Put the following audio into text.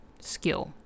skill